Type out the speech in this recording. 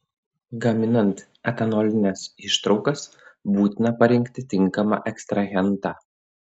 gaminant etanolines ištraukas būtina parinkti tinkamą ekstrahentą